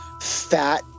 fat